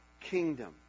kingdom